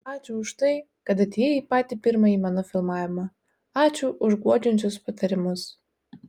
ačiū už tai kad atėjai į patį pirmąjį mano filmavimą ačiū už guodžiančius patarimus